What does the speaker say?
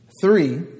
three